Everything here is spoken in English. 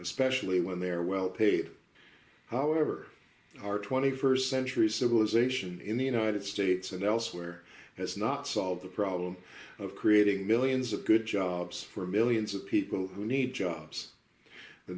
especially when they're well paid however they are st century civilization in the united states and elsewhere has not solved the problem of creating millions of good jobs for millions of people who need jobs the